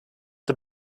the